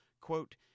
quote